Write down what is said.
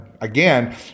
again